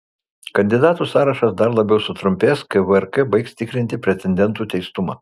kandidatų sąrašas dar labiau sutrumpės kai vrk baigs tikrinti pretendentų teistumą